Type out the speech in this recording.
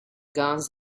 guns